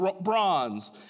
bronze